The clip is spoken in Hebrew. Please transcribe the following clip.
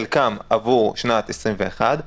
חלקם עבור שנת 2021,